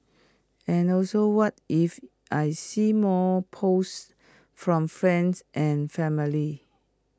and know so what if I see more posts from friends and family